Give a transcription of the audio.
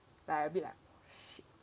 like a bit like shit